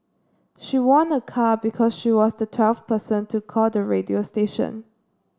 she won a car because she was the twelfth person to call the radio station